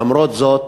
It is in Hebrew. למרות זאת